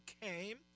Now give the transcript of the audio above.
came